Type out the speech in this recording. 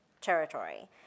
territory